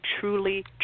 truly